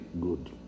good